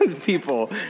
people